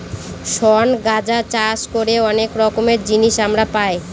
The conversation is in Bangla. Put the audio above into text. শন গাঁজা চাষ করে অনেক রকমের জিনিস আমরা পাই